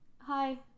Hi